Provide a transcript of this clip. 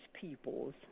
people's